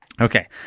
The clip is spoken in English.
Okay